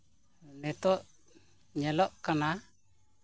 ᱱᱤᱛᱳᱜ ᱧᱮᱞᱚᱜ ᱠᱟᱱᱟ